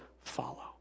follow